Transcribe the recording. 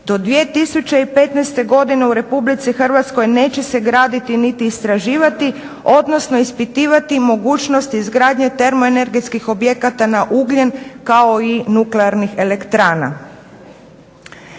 Do 2015. godine u Republike Hrvatskoj neće se graditi niti istraživati, odnosno ispitivati mogućnost izgradnje termoenergetskih objekata na ugljen kao i nuklearnih elektrana.